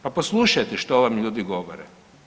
Pa poslušajte što vam ljudi govore.